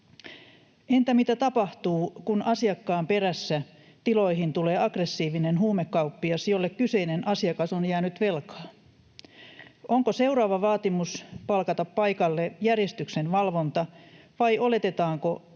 Entä mitä tapahtuu, kun asiakkaan perässä tiloihin tulee aggressiivinen huumekauppias, jolle kyseinen asiakas on jäänyt velkaa? Onko seuraava vaatimus palkata paikalle järjestyksenvalvonta, vai oletetaanko